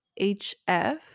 HF